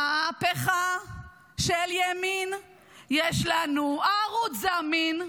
מהפכה של ימין / יש לנו ערוץ זמין,